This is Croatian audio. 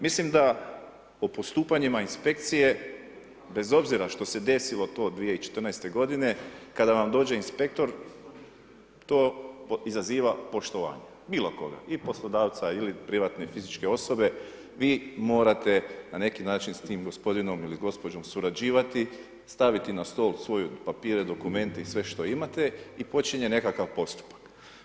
Mislim da o postupanjima inspekcije, bez obzira što se desilo to 2014. godine, kada vam dođe inspektor, to izaziva poštovanje, bilo koga, i poslodavca ili privatne fizičke osobe, vi morate na neki način s tim gospodinom ili gospođom surađivati, staviti na stol svoje papire, dokumente i sve što imate i počinje nekakav postupak.